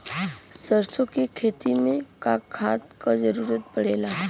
सरसो के खेती में का खाद क जरूरत पड़ेला?